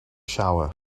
shower